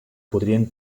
podrien